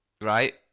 Right